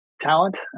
talent